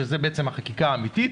שזו בעצם החקיקה האמיתית,